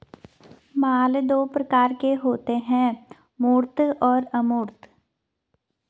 माल दो प्रकार के होते है मूर्त अमूर्त